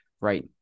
right